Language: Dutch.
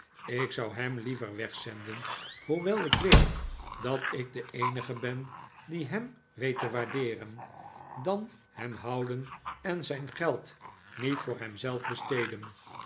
ik zou hem liever wegzenden hoewel ik weet dat ik de eenige ben die hem weet te waardeeren dan hem houden en zijn geld niet voor hem zelf besteden